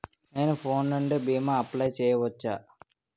నేను ఫోన్ నుండి భీమా అప్లయ్ చేయవచ్చా?